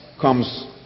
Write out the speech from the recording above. comes